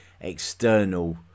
external